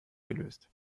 gelöst